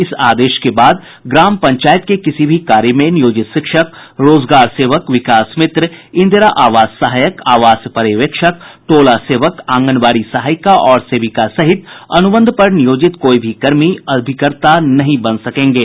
इस आदेश के बाद ग्राम पंचायत के किसी भी कार्य में नियोजित शिक्षक रोजगार सेवक विकास मित्र इंदिरा आवास सहायक आवास पर्यवेक्षक टोला सेवक आंगनबाड़ी सहायिका और सेविका सहित अनुबंध पर नियोजित कोई भी कर्मी अभिकर्ता नहीं बन सकेंगे